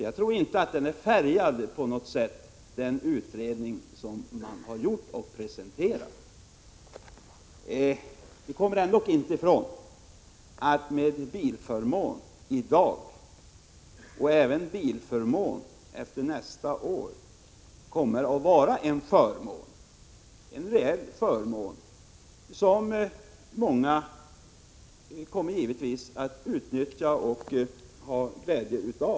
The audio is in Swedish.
Jag tror inte att den utredning de har presenterat är på något sätt färgad. Vi kommer ändock inte ifrån att en bilförmån i dag är just en förmån och att en bilförmån efter nästa år också kommer att vara det. Det blir en reell förmån, som många kommer att utnyttja och ha glädje av.